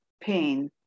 pain